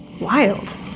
wild